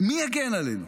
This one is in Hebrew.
מי יגן עלינו?